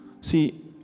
See